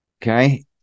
Okay